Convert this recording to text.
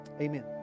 Amen